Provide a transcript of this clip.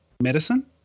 medicine